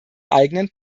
eigenen